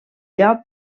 lloc